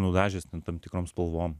nudažęs tam tikrom spalvom